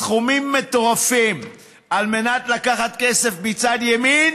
סכומים מטורפים על מנת לקחת כסף מצד ימין